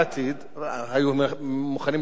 היום אנחנו מוכנים לוותר על הבדיעבד,